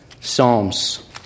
Psalms